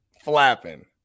flapping